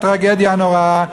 הטרגדיה הנוראה,